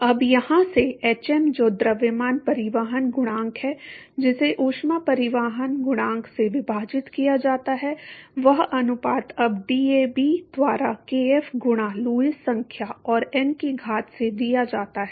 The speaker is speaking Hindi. अब यहाँ से hm जो द्रव्यमान परिवहन गुणांक है जिसे ऊष्मा परिवहन गुणांक से विभाजित किया जाता है वह अनुपात अब DAB द्वारा kf गुणा लुईस संख्या और n की घात से दिया जाता है